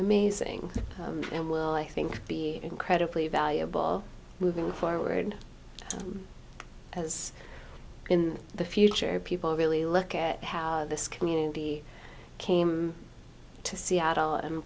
amazing and will i think be incredibly valuable moving forward as in the future people really look at how this community came to seattle and